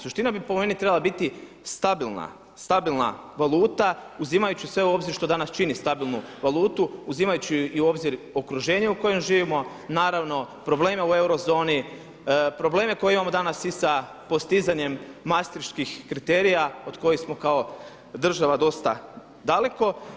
Suština bi po meni trebala biti stabilna valuta uzimajući sve u obzir šta danas čini stabilnu valutu, uzimajući u obzir i okruženje u kojem živimo, naravno probleme u euro zoni, probleme koje imamo danas i sa postizanjem mastriških kriterija od kojih smo kao država dosta daleko.